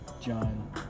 John